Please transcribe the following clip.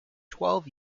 twelve